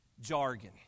jargon